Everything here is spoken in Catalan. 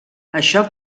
això